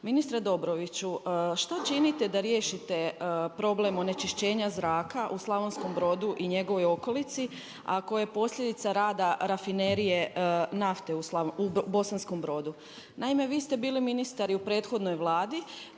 Ministre Dobroviću što činite da riješite problem onečišćenja zraka u Slavonskom Brodu i njegovoj okolici a koje je posljedica rada rafinerije nafte u Bosanskom Brodu. Naime, vi ste bili ministar i u prethodnoj Vladi